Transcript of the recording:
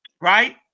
right